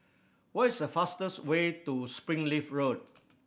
what is the fastest way to Springleaf Road